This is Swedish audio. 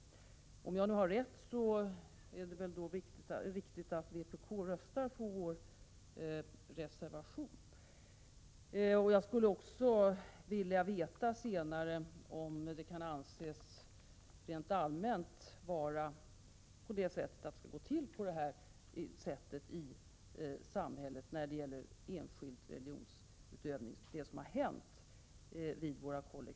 Om jag har rätt är det viktigt att vpk röstar för vår reservation. Jag skulle också så småningom vilja veta om det som har hänt vid våra kollektiva trafikföretag kan anses rent allmänt vara typiskt för behandlingen av religionsfrihetsfrågor i vårt samhälle.